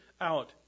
out